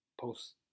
post